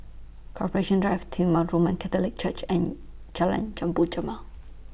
Corporation Drive Titular Roman Catholic Church and Jalan Jambu